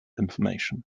information